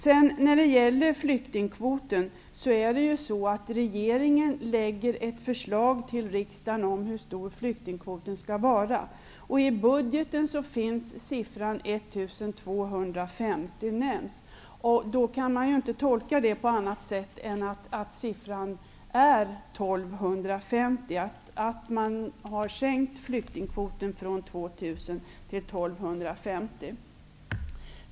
När det sedan gäller flyktingkvoten lägger rege ringen fram ett förslag till riksdagen om hur stor flyktingkvoten skall vara. I budgeten finns siffran 1 250 nämnd. Man kan då inte tolka detta på an nat sätt än att siffran är 1 250, dvs. att man har minskat flyktingkvoten från 2 000 till 1 250.